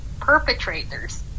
perpetrators